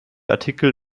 artikel